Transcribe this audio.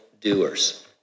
doers